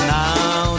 now